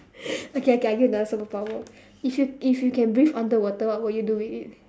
okay okay I give you another superpower if you if you can breathe underwater what will you do with it